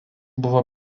buvo